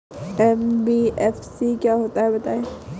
NBFC क्या होता है बताएँ?